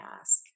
ask